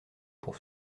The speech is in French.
pour